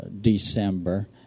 December